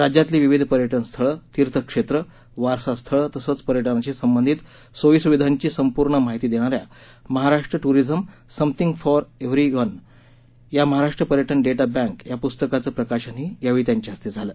राज्यातली विविध पर्यटनस्थळं तिर्थक्षेत्रं वारसास्थळं तसंच पर्यटनाशी संबंधित सोयीसुविधांची संपूर्ण माहिती देणा या Maharashtra tourism something for everyone या महाराष्ट्र पर्यटन डेटा बँक या पुस्तकाचं प्रकाशनही यावेळी त्यांच्या हस्ते झालं